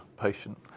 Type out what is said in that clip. patient